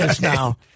now